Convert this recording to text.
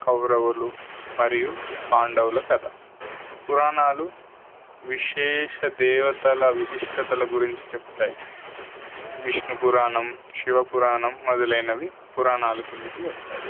కౌరవులు మరియు పాండవుల కథ పురాణాలు విశేష దేవతల విశిష్టతల గురించి చెప్తాయి విష్ణు పురాణం శివ పురాణం మొదలైనవి పురాణాలు కిందికి వస్తాయి